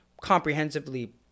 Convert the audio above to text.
comprehensively